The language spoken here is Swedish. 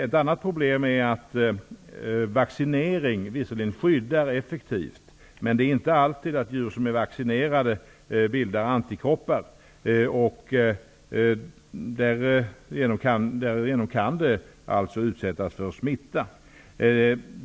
Ett annat problem är vaccineringen. Den skyddar visserligen effektivt, men det är inte alltid som de vaccinerade djuren bildar antikroppar. Därmed kan de utsättas för smitta.